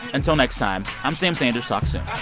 until next time, i'm sam sanders. talk soon